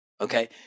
Okay